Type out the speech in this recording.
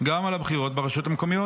על הבחירות ברשויות המקומיות.